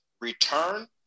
return